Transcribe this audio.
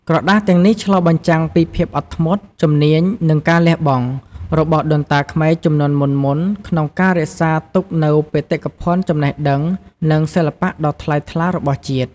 ក្រដាសទាំងនេះឆ្លុះបញ្ចាំងពី ភាពអត់ធ្មត់ ជំនាញ និងការលះបង់ របស់ដូនតាខ្មែរជំនាន់មុនៗក្នុងការរក្សាទុកនូវបេតិកភណ្ឌចំណេះដឹង និងសិល្បៈដ៏ថ្លៃថ្លារបស់ជាតិ។